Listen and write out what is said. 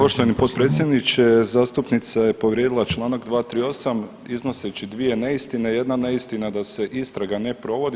Poštovani potpredsjedniče zastupnica je povrijedila Članak 238. iznoseći dvije neistine, jedna neistina da se istraga ne provodi.